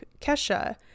Kesha